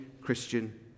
Christian